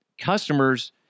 customers